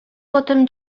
potem